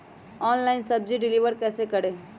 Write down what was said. Online सब्जी deliver कैसे करें?